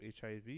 HIV